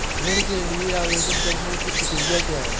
ऋण के लिए आवेदन करने की प्रक्रिया क्या है?